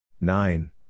Nine